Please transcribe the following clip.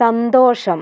സന്തോഷം